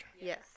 Yes